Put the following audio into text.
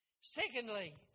Secondly